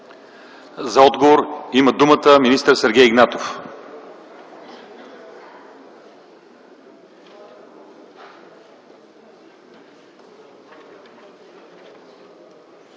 За отговор има думата министър Сергей Игнатов.